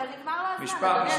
משפט אחד.